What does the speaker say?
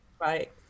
right